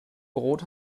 brot